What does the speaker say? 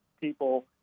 people